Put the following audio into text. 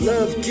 Love